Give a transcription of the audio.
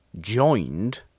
joined